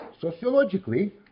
Sociologically